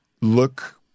look